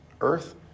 earth